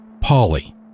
Polly